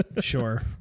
sure